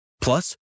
Plus